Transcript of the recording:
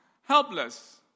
helpless